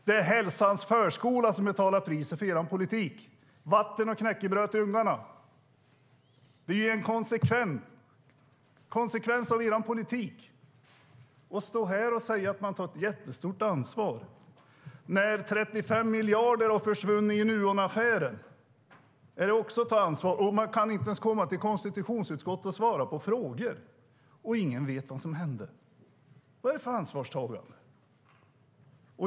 Det är Hälsans Förskola som betalar priset för er politik. Vatten och knäckebröd till ungarna - det är en konsekvens av er politik. Att stå här och säga att man tar ett jättestort ansvar när 35 miljarder har försvunnit i Nuonaffären, är det också att ta ansvar? Man kan inte ens komma till konstitutionsutskottet och svara på frågor, och ingen vet vad som hände. Vad är det för ansvarstagande?